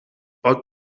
pot